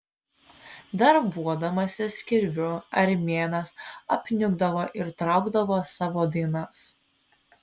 darbuodamasis kirviu armėnas apniukdavo ir traukdavo savo dainas